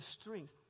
strength